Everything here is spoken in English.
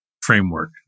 framework